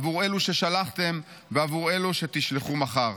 עבור אלו ששלחתם ועבור אלו שתשלחו מחר.